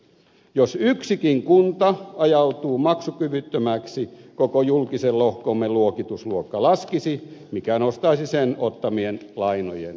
jos yksikin kunta ajautuisi maksukyvyttömäksi koko julkisen lohkomme luokitusluokka laskisi mikä nostaisi sen ottamien lainojen korkoja